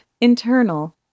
internal